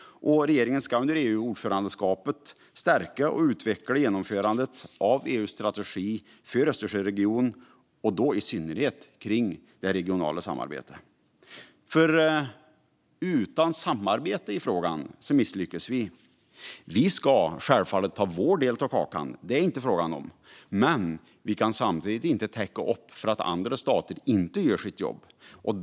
Regeringen ska under EU-ordförandeskapet stärka och utveckla genomförandet av EU:s strategi för Östersjöregionen och då i synnerhet för det regionala samarbetet. Utan samarbete i frågan misslyckas vi. Vi ska självfallet ta vår del av kakan. Det är inte fråga om annat. Men vi kan samtidigt inte täcka upp för att andra stater inte gör sitt jobb.